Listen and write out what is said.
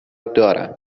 دارم